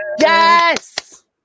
yes